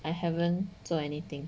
I haven't 做 anything